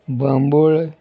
Bambolim